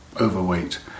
overweight